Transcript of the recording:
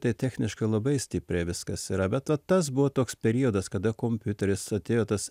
tai techniškai labai stipriai viskas yra bet va tas buvo toks periodas kada kompiuteris atėjo tas